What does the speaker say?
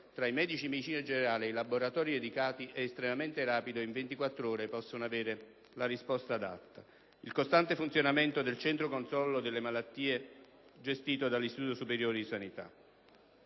tra i medici di medicina generale e i laboratori dedicati è estremamente rapido e in ventiquattr'ore è possibile ottenere la risposta adatta. Costante è il funzionamento del centro controllo delle malattie gestito dall'Istituto superiore di sanità.